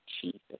Jesus